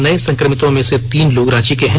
नये संक्रमितों में से तीन लोग रांची के हैं